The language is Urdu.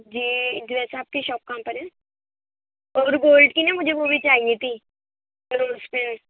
جی ویسے آپ کی شاپ کہاں پر ہے اور گولڈ کی نا مجھے وہ بھی چاہئے تھی